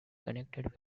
connected